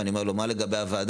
ואני שואל אותו מה לגבי הוועדה,